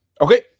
Okay